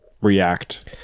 react